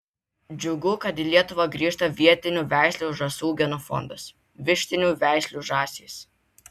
džiugu kad į lietuvą grįžta vietinių veislių žąsų genofondas vištinių veislių žąsys